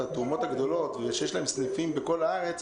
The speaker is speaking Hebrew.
התרומות הגדולות ושיש להם סניפים בכל הארץ,